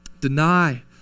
deny